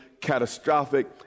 catastrophic